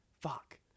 Fuck